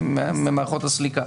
ממערכות הסליקה.